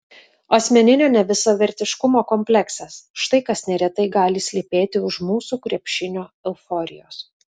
asmeninio nevisavertiškumo kompleksas štai kas neretai gali slypėti už mūsų krepšinio euforijos